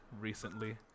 recently